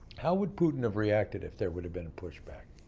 how would putin have reacted if there would have been pushback?